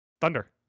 thunder